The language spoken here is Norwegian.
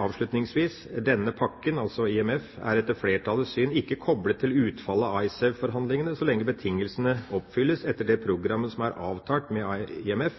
avslutningsvis: «Denne pakken er etter flertallets syn ikke koblet til utfallet av Icesave-forhandlingene, så lenge betingelsene oppfylles etter det programmet som er avtalt med IMF,